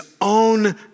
own